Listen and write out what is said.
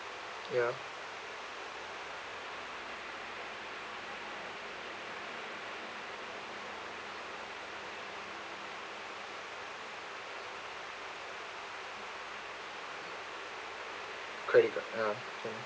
ya credit card ya